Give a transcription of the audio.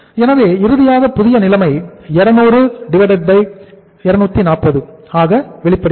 எனவே இறுதியாக புதிய நிலைமை 200240 ஆக வெளிப்படுகிறது